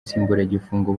nsimburagifungo